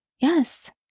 Yes